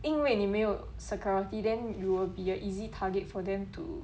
因为你没有 security then you'll be a easy target for them to